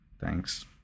Thanks